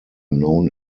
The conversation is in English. known